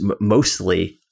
mostly